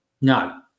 No